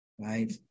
Right